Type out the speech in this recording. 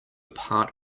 part